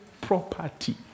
property